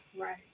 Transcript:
Right